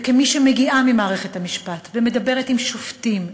כמי שמגיעה ממערכת המשפט ומדברת עם שופטים,